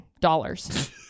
dollars